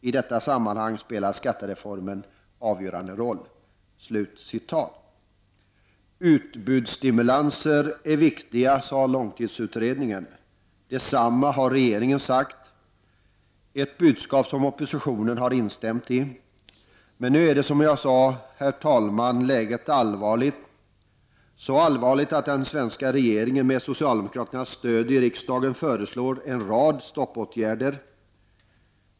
I detta sammanhang spelar skattereformen avgörande roll.” Utbudsstimulanser är viktiga, sade långtidsutredningen. Detsamma har regeringen sagt. Oppositionen har instämt i det budskapet. Nu är dock, som jag sade, läget allvarligt. Det är så allvarligt att den svenska regeringen med socialdemokraternas stöd i riksdagen föreslår en rad stoppåtgärder.